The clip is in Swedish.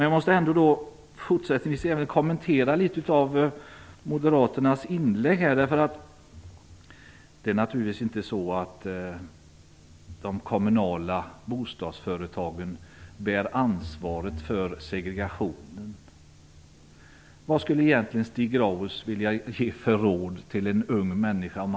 Jag måste ändå fortsättningsvis kommentera litet av moderaternas inlägg. De kommunala bostadsföretagen bär naturligtvis inte ansvaret för segregationen. Vad skulle egentligen Stig Grauers vilja ge för råd till en ung människa i den här situationen?